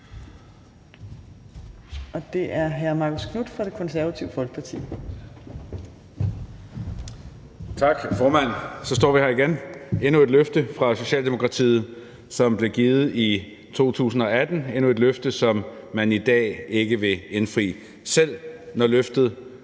Det er hr. Marcus Knuth fra Det Konservative Folkeparti.